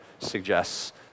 suggests